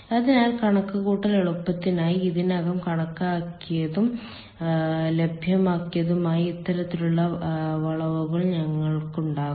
അതിനാൽ കണക്കുകൂട്ടൽ എളുപ്പത്തിനായി ഇതിനകം കണക്കാക്കിയതും ലഭ്യമാക്കിയതുമായ ഇത്തരത്തിലുള്ള വളവുകൾ ഞങ്ങൾക്കുണ്ടാകും